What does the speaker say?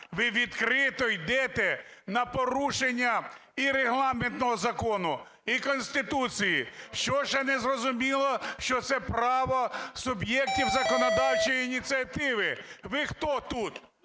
Ви відкрито ідете на порушення і регламентного закону, і Конституції. Що ще не зрозуміло, що це право суб'єктів законодавчої ініціативи? Ви хто тут?